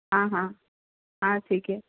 हाँ हाँ हाँ ठीक है